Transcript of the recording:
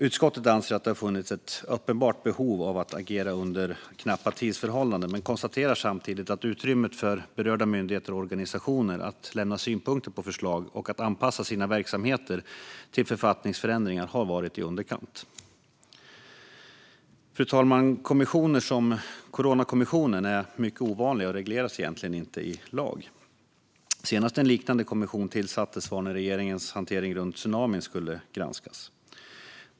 Utskottet anser att det har funnits ett uppenbart behov av att agera under knappa tidsförhållanden men konstaterar samtidigt att utrymmet för berörda myndigheter och organisationer att lämna synpunkter på förslag och att anpassa sina verksamheter till författningsförändringar har varit i underkant. Fru talman! Kommissioner som Coronakommissionen är mycket ovanliga och regleras egentligen inte i lag. Senast en liknande kommissionen tillsattes var när regeringens hantering av tsunamin skulle granskas.